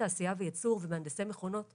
תעשייה וייצור ומהנדסי מכונות - אגב,